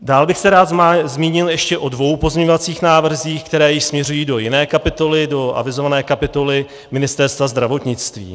Dál bych se rád zmínil ještě o dvou pozměňovacích návrzích, které již směřují do jiné kapitoly, do avizované kapitoly Ministerstva zdravotnictví.